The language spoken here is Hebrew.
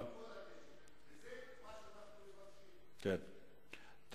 צריך לאסוף את הנשק, וזה מה שאנחנו מבקשים.